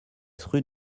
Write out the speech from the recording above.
rue